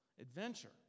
Adventure